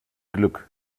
glück